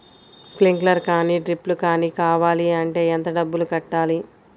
Sprinkler కానీ డ్రిప్లు కాని కావాలి అంటే ఎంత డబ్బులు కట్టాలి?